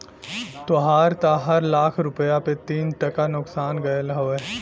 तोहार त हर लाख रुपया पे तीन टका नुकसान गयल हौ